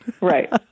Right